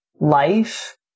life